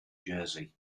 jersey